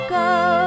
go